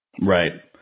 Right